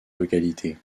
localités